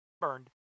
burned